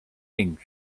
things